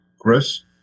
Chris